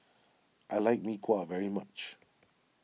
I like Mee Kuah very much